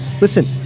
Listen